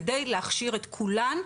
כדי להכשיר את כולן,